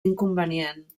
inconvenient